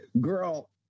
girl